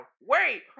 Wait